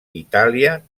itàlia